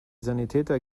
sanitäter